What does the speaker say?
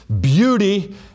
beauty